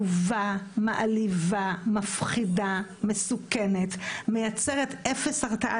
עלובה, מעליבה, מפחידה, מסוכנת, מייצרת אפס הרתעה.